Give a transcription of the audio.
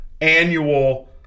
annual